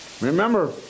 Remember